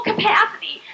capacity